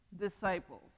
disciples